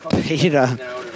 Peter